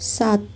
सात